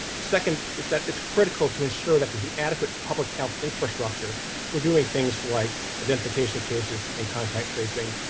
second is that it's critical to ensure that there's an adequate public health infrastructure for doing things like identification cases and contact tracing,